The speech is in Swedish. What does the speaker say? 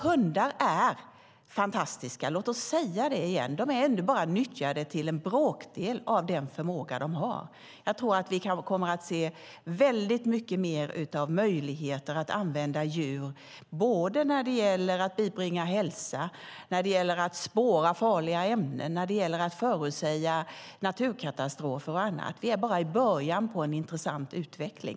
Hundar är fantastiska, men de är bara nyttjade till en bråkdel av den förmåga som de har. Vi kommer nog att se mycket mer av möjligheter att använda djur när det gäller att bibringa hälsa, spåra farliga ämnen, förutsäga naturkatastrofer och annat. Vi är bara i början på en intressant utveckling.